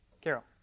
Carol